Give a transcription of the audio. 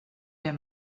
der